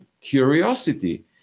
curiosity